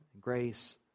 grace